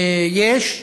יש,